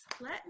Let